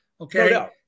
Okay